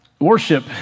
Worship